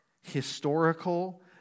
historical